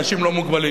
אנשים לא מוגבלים.